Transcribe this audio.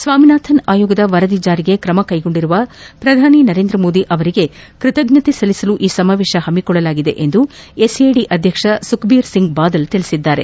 ಸ್ವಾಮಿನಾಥನ್ ಆಯೋಗದ ವರದಿ ಜಾರಿಗೆ ಕ್ರಮಕ್ಕೆಗೊಂಡಿರುವ ಪ್ರಧಾನಮಂತ್ರಿ ನರೇಂದ್ರ ಮೋದಿಯವರಿಗೆ ಕೃತಜ್ಞತೆ ಸಲ್ಲಿಸಲು ಈ ಸಮಾವೇಶ ಪಮ್ನಿಕೊಳ್ಳಲಾಗಿದೆ ಎಂದು ಎಸ್ಎಡಿ ಅಧ್ಯಕ್ಷ ಸುಕ್ಬೀರ್ ಸಿಂಗ್ ಬಾದಲ್ ತಿಳಿಸಿದ್ದಾರೆ